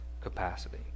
Capacity